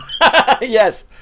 Yes